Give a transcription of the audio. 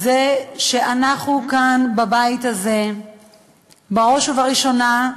זה שאנחנו, כאן בבית הזה בראש ובראשונה,